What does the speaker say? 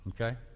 Okay